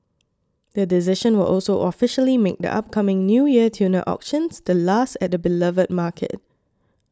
the decision will also officially make the upcoming New Year tuna auctions the last at the beloved market